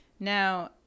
Now